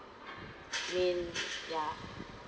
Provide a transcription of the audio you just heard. I mean yeah